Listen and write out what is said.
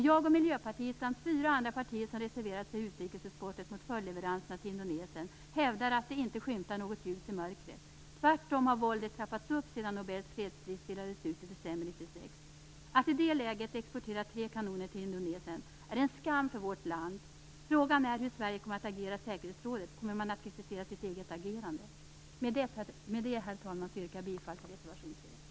Jag och Miljöpartiet samt fyra andra partier som reserverat sig i utrikesutskottet mot följdleveranserna till Indonesien hävdar att det inte skymtar något ljus i mörkret. Våldet har tvärtom trappats upp sedan Nobels fredspris delades ut i december 1996. Att i det läget exportera tre kanoner till Indonesien är en skam för vårt land. Frågan är hur Sverige kommer att agera i säkerhetsrådet. Kommer man att kritisera sitt eget agerande? Herr talman! Med detta yrkar jag bifall till reservation 3.